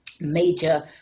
major